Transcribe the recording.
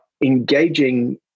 engaging